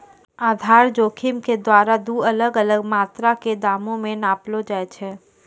आधार जोखिम के द्वारा दु अलग अलग मात्रा के दामो के नापलो जाय छै